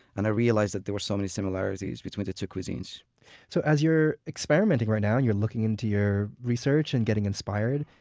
and i realized that there were so many similarities between the two cuisines so as you're experimenting right now and you're looking into your research and getting inspired,